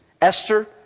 Esther